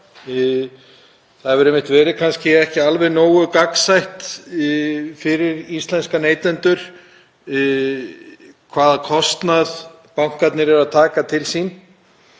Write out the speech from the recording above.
Það hefur einmitt ekki verið alveg nógu gagnsætt fyrir íslenska neytendur hvaða kostnað bankarnir eru að taka til sín,